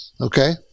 Okay